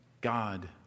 God